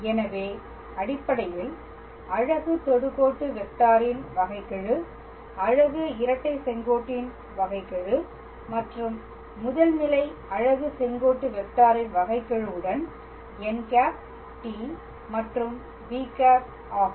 எனவே அடிப்படையில் அலகு தொடுகோட்டு வெக்டாரின் வகைக்கெழு அலகு இரட்டை செங்கோட்டின் வகைக்கெழு மற்றும் முதல் நிலை அலகு செங்கோட்டு வெக்டாரின் வகைக்கெழு உடன் n̂ t மற்றும் b̂ ஆகும்